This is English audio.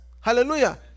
Hallelujah